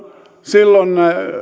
silloin